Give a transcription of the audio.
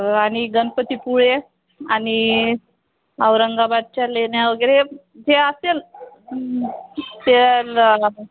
आणि गणपतीपुळे आणि औंरंगाबादच्या लेण्या वगैरे जे असेल ते ल